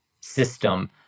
system